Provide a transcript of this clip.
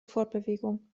fortbewegung